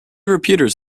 repeaters